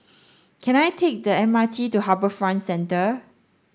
can I take the M R T to HarbourFront Centre